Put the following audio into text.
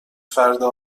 فردا